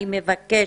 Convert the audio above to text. אני מבקשת,